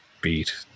beat